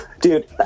Dude